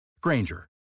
Granger